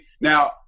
Now